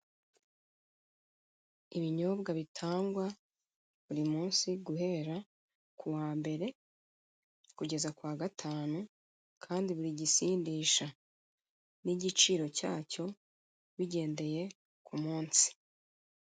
Ibinyobwa bitangwa buri munsi guhera kuwa mbere, kugeza kuwa gatanu, kandi buri gisindisha n'igiciro cyacyo bigendeye ku munsi.